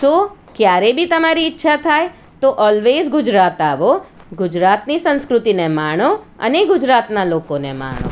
સો ક્યારેય બી તમારી ઈચ્છા થાય તો ઓલવેસ ગુજરાત આવો ગુજરાતની સંસ્કૃતિને માણો અને ગુજરાતનાં લોકોને માણો